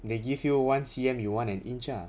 they give you one C_M you want an inch ah